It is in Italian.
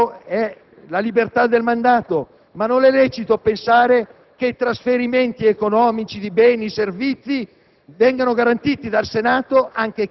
fasulli, perché non è possibile pensare che chi viene eletto in una lista, il giorno dopo costituisca una lista da un'altra parte!